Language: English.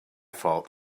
fault